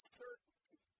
certainty